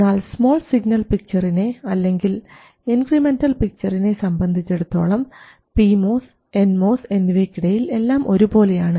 എന്നാൽ small signal പിക്ചറിനെ അല്ലെങ്കിൽ ഇൻക്രിമെൻറൽ പിക്ചറിനെ സംബന്ധിച്ചെടുത്തോളം പി മോസ് എൻ മോസ് എന്നിവയ്ക്കിടയിൽ എല്ലാം ഒരുപോലെയാണ്